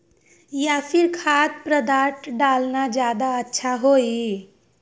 या फिर खाद्य पदार्थ डालना ज्यादा अच्छा होई?